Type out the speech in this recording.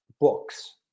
books